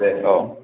दे औ दे